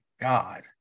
God